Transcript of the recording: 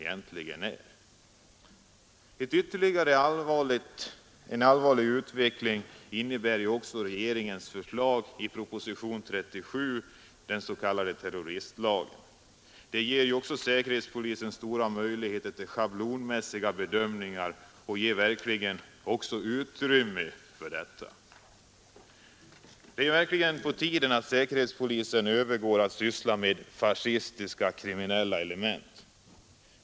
En ytterligare allvarlig utveckling innebär ju regeringens förslag i proposition nr 37, den s.k. terroristlagen. Även den ger ju säkerhetspolisen stora möjligheter till schablonmässiga bedömningar och ger verkligen också utrymme för detta. Det är på tiden att säkerhetspolisen övergår till att syssla med de fascistiska kriminella elementen.